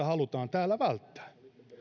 halutaan täällä välttää